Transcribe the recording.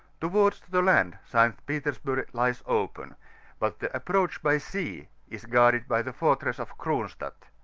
towards the land, st. fetersburff lies open but the approach by sea is guarded by the fortress of cronstadt,